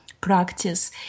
practice